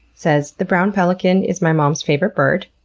says the brown pelican is my mom's favorite bird,